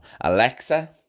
Alexa